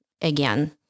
again